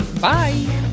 Bye